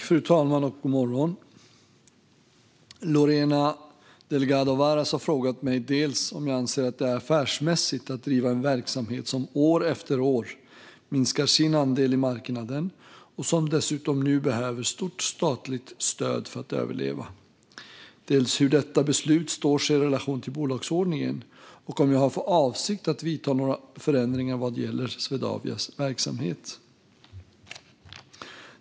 Fru talman! Lorena Delgado Varas har frågat mig dels om jag anser att det är affärsmässigt att driva en verksamhet som år efter år minskar sin andel i marknaden och som nu dessutom behöver stort statligt stöd för att överleva, dels hur detta beslut står sig i relation till bolagsordningen och om jag har för avsikt att vidta några förändringar vad gäller Swedavias verksamhet.